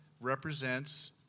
represents